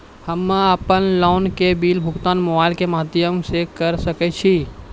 हम्मे अपन लोन के बिल भुगतान मोबाइल के माध्यम से करऽ सके छी?